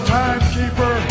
timekeeper